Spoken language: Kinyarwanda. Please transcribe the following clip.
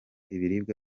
ibiribwa